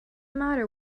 matter